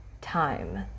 time